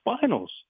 Finals